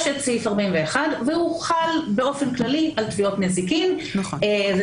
יש את סעיף 41 והוא חל באופן כללי על תביעות נזיקין וזה